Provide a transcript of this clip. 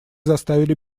заставили